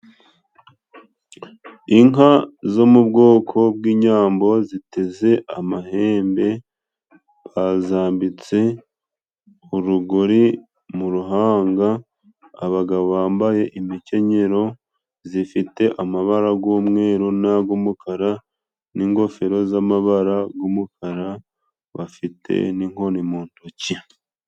Inka zo mu bwoko bw'inyambo ziteze amahembe bazambitse urugori mu ruhanga abagabo bambaye imikenyero zifite amabara g'umweru nag' umukara n'ingofero z'amabara g'umukara bafite n'inkoni mu ndoki.